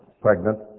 pregnant